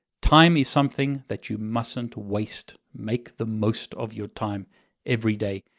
time is something that you mustn't waste. make the most of your time every day.